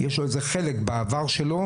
יש לו איזה חלק בעבר שלו,